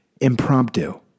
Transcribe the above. impromptu